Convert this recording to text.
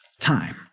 time